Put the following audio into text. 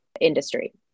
industry